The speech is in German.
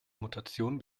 mutation